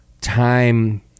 time